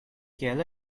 kiel